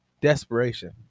Desperation